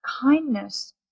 kindness